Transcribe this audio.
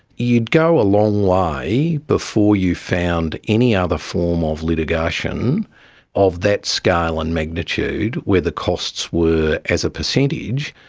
you'd go a long way before you found any other form of litigation of that scale and magnitude where the costs were, as a percentage,